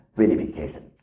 verification